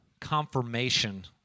confirmation